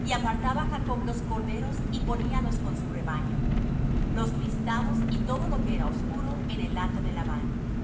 y apartaba jacob los corderos y poníalos con su rebaño los listados y todo lo que era oscuro en el hato de labán y